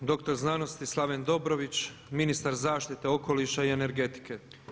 Doktor znanosti Slaven Dobrović, ministar zaštite okoliša i energetike.